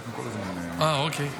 אה, אוקיי.